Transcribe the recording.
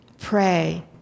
Pray